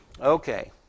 Okay